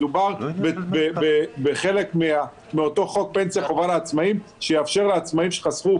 מדובר בחלק מאותו חוק פנסיה חובה לעצמאים שיאפשר לעצמאים שחסכו